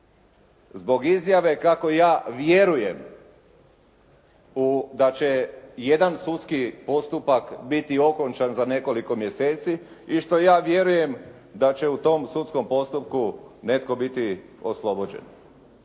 Zbog izjave kako ja vjerujem da će jedan sudski postupak biti okončan za nekoliko mjeseci i što ja vjerujem da će u tom sudskom postupku netko biti oslobođen.